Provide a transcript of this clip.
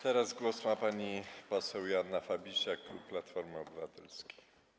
Teraz głos ma pani poseł Joanna Fabisiak, klub Platformy Obywatelskiej.